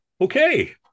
okay